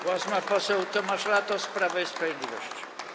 Głos ma poseł Tomasz Latos, Prawo i Sprawiedliwość.